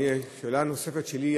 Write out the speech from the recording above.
שאלה נוספת שלי,